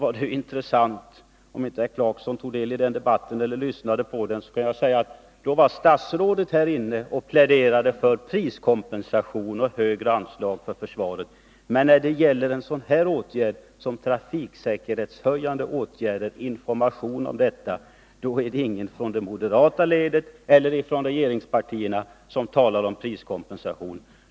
Om inte herr Clarkson lyssnade till den kan jag nämna att statsrådet var inne och pläderade för priskompensation och högre anslag till försvaret — men när det gäller en sådan här åtgärd som information för höjande av trafiksäkerheten, då är det ingen från det moderata ledet eller från övriga regeringspartier som talar om priskompensation.